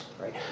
right